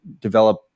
develop